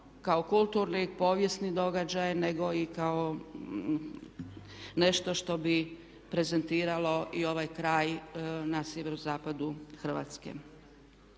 kao kulturni i povijesni događaj nego i kao nešto što bi prezentiralo i ovaj kraj na sjeverozapadu Hrvatske.